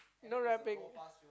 no rapping